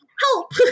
help